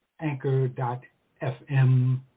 anchor.fm